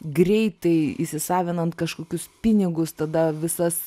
greitai įsisavinant kažkokius pinigus tada visas